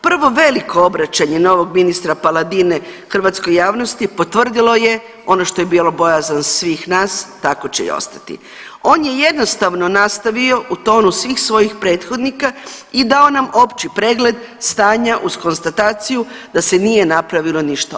Prvo veliko obraćanje novog ministra Paladine hrvatskoj javnosti potvrdilo je ono što je bilo bojazan svih nas tako će i ostati, on je jednostavno nastavio u tonu svih svojih prethodnika i dao nam opći pregled stanja uz konstataciju da se nije napravilo ništa.